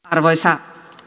arvoisa